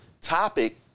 topic